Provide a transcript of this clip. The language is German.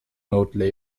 note